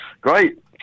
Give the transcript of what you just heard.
great